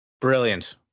Brilliant